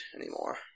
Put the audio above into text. anymore